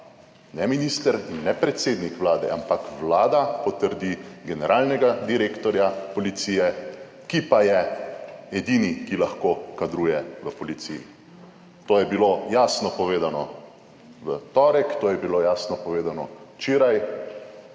ne minister in ne predsednik Vlade, ampak Vlada potrdi generalnega direktorja policije, ki pa je edini, ki lahko kadruje v Policiji, to je bilo jasno povedano v torek, to je bilo jasno povedano včeraj,